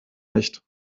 nicht